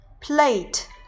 Plate